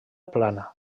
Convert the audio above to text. plana